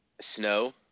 snow